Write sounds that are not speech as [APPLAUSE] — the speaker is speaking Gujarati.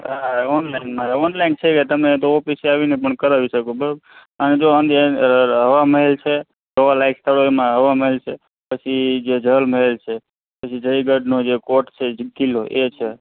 આ ઓનલાઈન મારે ઓનલાઈન છે તમે ઓફિસે આવીને પણ કરાવી શકો છો બરોબર અને જો [UNINTELLIGIBLE] હવા મહેલ છે ફરવાલાયક સ્થળ હોય એમાં હવા મહેલ છે પછી જલ મહેલ છે પછી જયગઢનો જે કોટ છે કિલ્લો એ છે